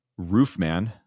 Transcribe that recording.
Roofman